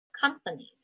companies